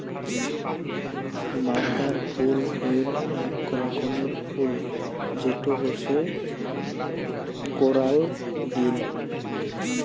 মান্দার ফুল হই আক রকমের ফুল যেটো হসে কোরাল বিন